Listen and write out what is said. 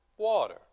water